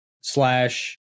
slash